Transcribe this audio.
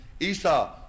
Isa